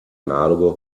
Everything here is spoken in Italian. analogo